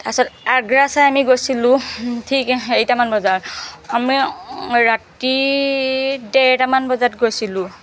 তাৰপাছত আগ্ৰা চাই আমি গৈছিলো ঠিক হেৰিটামান বজাত আমি ৰাতি ডেৰটামান বজাত গৈছিলো